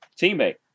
teammate